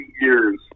years